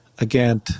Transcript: Again